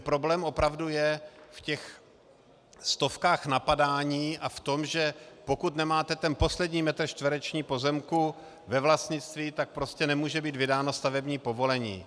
Problém opravdu je v těch stovkách napadání a v tom, že pokud nemáte ten poslední metr čtvereční pozemku ve vlastnictví, tak prostě nemůže být vydáno stavební povolení.